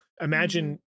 Imagine